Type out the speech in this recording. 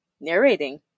narrating